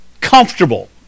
comfortable